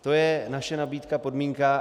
To je naše nabídka, podmínka.